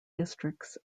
districts